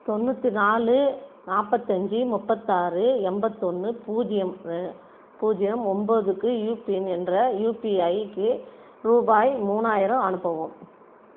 தொண்ணூற்றி நாலு நாப்பத்தஞ்சு முப்பத்தாறு எம்பத்தொன்று பூஜ்யம் பூஜ்யம் ஒன்போதுக்கு யூபின் என்ற யூபிஐ ஐக்கு ரூபாய் மூணாயிரம் அனுப்பவும்